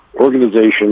organization